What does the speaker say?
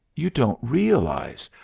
you don't realize!